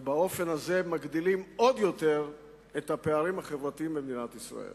ובאופן הזה מגדילים עוד יותר את הפערים החברתיים במדינת ישראל.